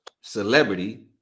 celebrity